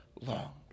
long